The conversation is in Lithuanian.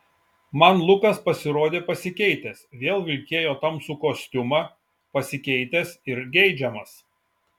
man lukas pasirodė pasikeitęs vėl vilkėjo tamsų kostiumą pasikeitęs ir geidžiamas